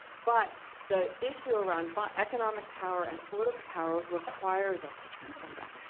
but the issue around but economic power and political power requires us to transcend that.